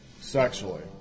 sexually